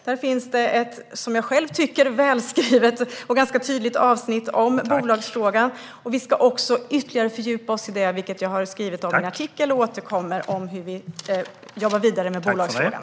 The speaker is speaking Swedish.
Där finns det ett, som jag själv tycker, välskrivet och ganska tydligt avsnitt om bolagsfrågan. Där finns ett som jag själv tycker välskrivet och ganska tydligt avsnitt om bolagsfrågan. Vi ska ytterligare fördjupa oss i det, vilket jag skrivit om i en artikel. Vi återkommer om hur vi jobbar vidare med bolagsfrågan.